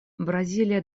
бразилия